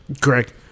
Correct